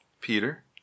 Peter